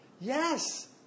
yes